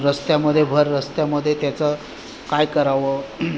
रस्त्यामध्ये भर रस्त्यामध्ये त्याचं काय करावं